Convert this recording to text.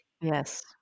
Yes